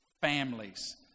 families